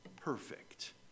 perfect